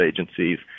agencies